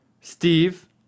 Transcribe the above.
Steve